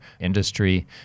industry